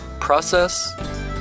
process